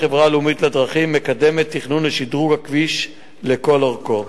החברה הלאומית לדרכים מקדמת תכנון לשדרוג הכביש לכל אורכו.